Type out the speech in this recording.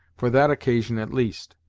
for that occasion at least.